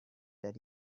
that